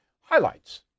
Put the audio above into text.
highlights